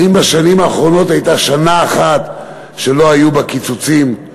האם בשנים האחרונות הייתה שנה אחת שלא היו בה קיצוצים,